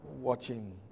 watching